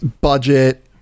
budget